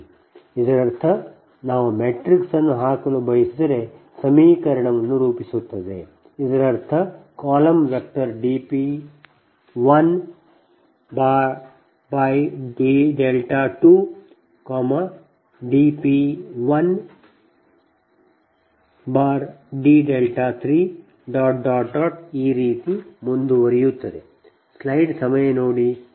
ಇದರರ್ಥ ನಾವು ಮ್ಯಾಟ್ರಿಕ್ಸ್ ಅನ್ನು ಹಾಕಲು ಬಯಸಿದರೆ ಸಮೀಕರಣವನ್ನು ರೂಪಿಸುತ್ತದೆ ಇದರರ್ಥ column vector dP 1 dδ 2 dP 1 dδ 3 ಈ ರೀತಿ ಅದು ಮುಂದುವರಿಯುತ್ತದೆ